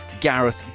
Gareth